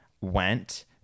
went